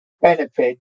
benefit